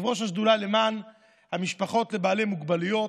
כיושב-ראש השדולה למען המשפחות ובעלי המוגבלויות,